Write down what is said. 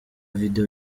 video